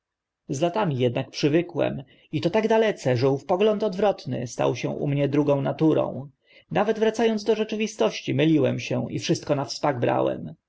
z latami ednak przywykłem i to tak dalece że ów pogląd odwrotny stał się u mnie drugą naturą nawet wraca ąc do rzeczywistości myliłem się i wszystko na wspak brałem